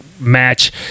match